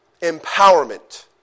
empowerment